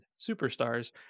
superstars